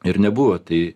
ir nebuvo tai